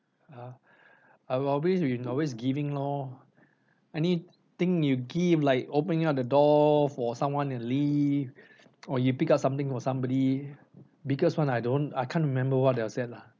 uh I'm always been always giving lor anything you give like opening up the door for someone to leave or you pick up something for somebody because one I don't I can't remember what they will say lah